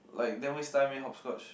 like damn waste time eh hopscotch